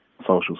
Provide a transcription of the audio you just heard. social